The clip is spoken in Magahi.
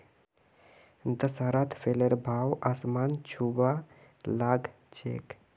दशहरात फलेर भाव आसमान छूबा ला ग छेक